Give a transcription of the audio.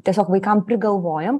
tiesiog vaikam prigalvojam